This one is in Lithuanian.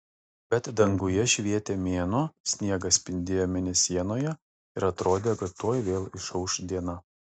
bet danguje švietė mėnuo sniegas spindėjo mėnesienoje ir atrodė kad tuoj vėl išauš diena